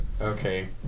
Okay